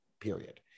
period